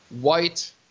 white